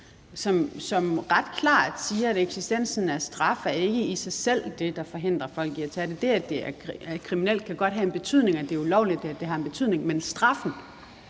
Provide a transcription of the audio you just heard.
som ret klart siger, at eksistensen af straf ikke i sig selv er det, der forhindrer folk i at tage stoffer. Det, at det er kriminelt og ulovligt, kan godt have en betydning, men straffen